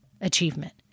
achievement